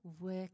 work